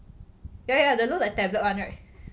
ya ya the look like tablet [one] right